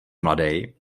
mladej